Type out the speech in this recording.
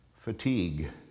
fatigue